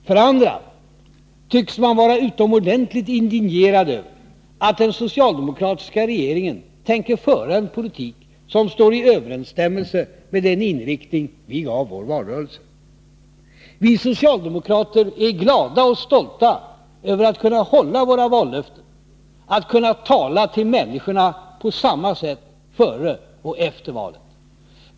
För det andra tycks man vara utomordentligt indignerad över att den socialdemokratiska regeringen tänker föra en politik som står i överensstämmelse med den inriktning vi gav vår valrörelse. Vi socialdemokrater är glada och stolta över att kunna hålla våra vallöften, att kunna tala till människorna på samma sätt före och efter valet.